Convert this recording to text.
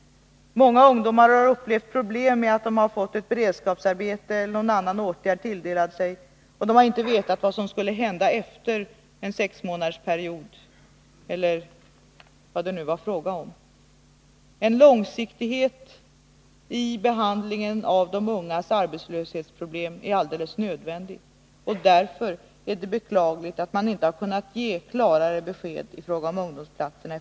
Många ungdomar har också haft problem med att de har fått sig tilldelat beredskapsarbete eller något annat och då inte har vetat vad som skulle komma att hända efter en sexmånadersperiod, eller vilken tid det nu var fråga om. En långsiktighet i behandlingen av de ungas arbetslöshetsproblem är alldeles nödvändig. Därför är det beklagligt att regeringen inte har kunnat ge klarare besked om ungdomsplatser.